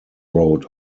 road